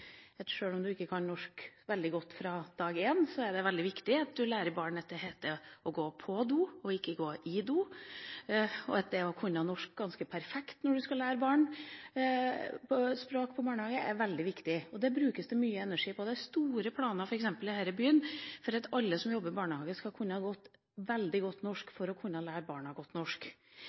det. Sjøl om man ikke kan veldig godt norsk fra dag én, er det veldig viktig at man lærer barn at det heter å gå på do – ikke gå i do. Det å kunne norsk ganske perfekt når man skal lære barn språk i barnehagen, er veldig viktig, og det brukes det mye energi på. Det er f.eks. store planer her i byen om at alle som jobber i barnehage, skal kunne veldig godt norsk for å kunne lære barna godt norsk,